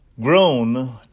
grown